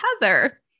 Heather